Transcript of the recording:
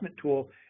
tool